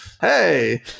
hey